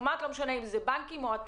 אני